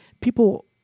People